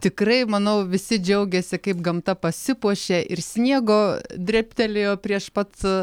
tikrai manau visi džiaugiasi kaip gamta pasipuošė ir sniego drėbtelėjo prieš pat